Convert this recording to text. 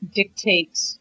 dictates